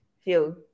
feel